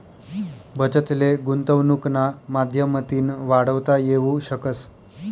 बचत ले गुंतवनुकना माध्यमतीन वाढवता येवू शकस